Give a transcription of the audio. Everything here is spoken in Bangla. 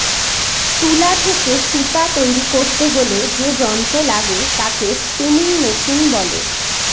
তুলা থেকে সুতা তৈরী করতে হলে যে যন্ত্র লাগে তাকে স্পিনিং মেশিন বলে